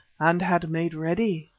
and had made ready.